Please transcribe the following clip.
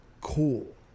cool